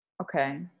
Okay